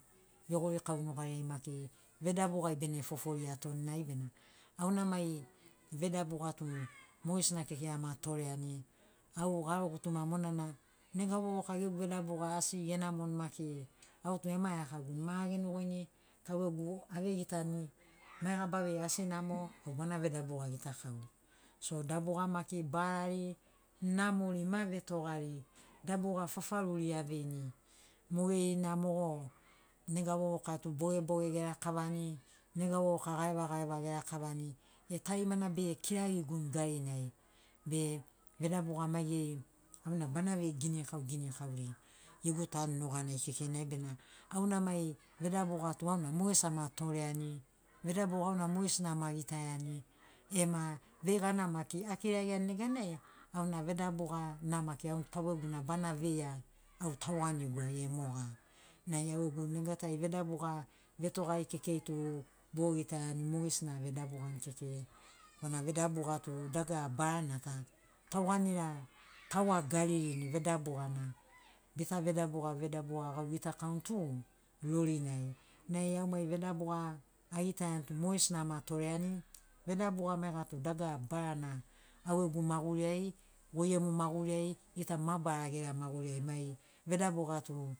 Vegorikau nugariai maki vedabugai bene fofori atoninai benamo auna mai vedabuga tu mogesina kekei ama toreani au garo gutuma monana nega vovoka gegu vedabuga asi enamoni maki autu emaegakaguni ma agenogoini tau gegu avegitani maiga baveia asi namo o bana vedabuga gitakau so dabuga maki barari namori ma vetogari dabuga fafarori aveini mogerina mogo nega vovoka bogeboge erakavani nega vovoka gareva gareva erakavani e tarimana be kirariguni garinai be vedabuga maigeri auna bana vei ginikau ginikauri gegu tanu nuganai kekei nai bena auna mai vedabuga tu auna mogesi ama toreani vedabuga auna mogesina ama gitaiani ema veigana maki akiragiani neganai auna vedabuga na maki au taugegu na bana veia au tauanigu ai moga nai au gegu nega tai vedabuga vetogari kekei tu bogitaiani mogesina avedabugani kekei korana vedabuga tu dagara barana ta tauanira tauwagaririni vedabugana bita vedabuga vedabuga gau gitakauni tu rorinai nai au mai vedabuga agitaiani tu mogesina ama toreani vedabuga maiga tu dagara barana au gegu maguri ai goi gemu maguri ai gita mabarara gera maguriai mai vedabuga tu